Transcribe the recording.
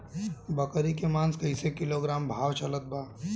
बकरी के मांस कईसे किलोग्राम भाव चलत बा?